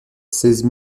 seize